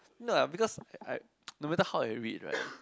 no ah because I I no matter how I read right